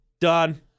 done